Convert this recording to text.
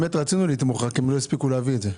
רצינו לתמוך אבל הם לא הספיקו להביא את זה.